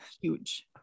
huge